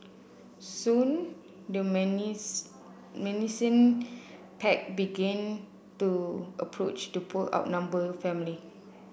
soon the menacing pack began to approach the poor outnumbered family